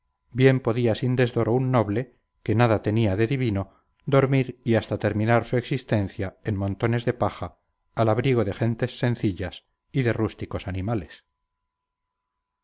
bien podía sin desdoro un noble que nada tenía de divino dormir y hasta terminar su existencia en montones de paja al abrigo de gentes sencillas y de rústicos animales